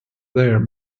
there